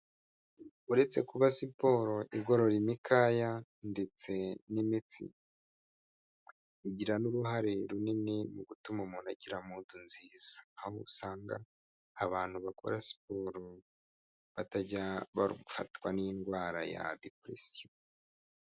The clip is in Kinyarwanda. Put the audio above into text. Uretse kuba siporo igorora imikaya ndetse n'imitsi igira n'uruhare runini mu gutuma umuntu agira mudu nziza, aho usanga abantu bakora siporo batajya bafatwa n'indwara ya dipuresiyo.